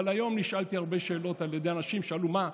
אבל היום נשאלתי הרבה שאלות על ידי אנשים ששאלו: מה,